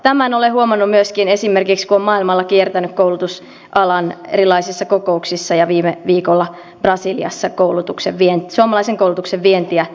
tämän olen huomannut myöskin esimerkiksi kun olen maailmalla kiertänyt erilaisissa koulutusalan kokouksissa ja viime viikolla brasiliassa suomalaisen koulutuksen vientiä edistämässä